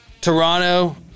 Toronto